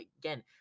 again –